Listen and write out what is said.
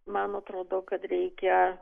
man atrodo kad reikia